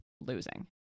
losing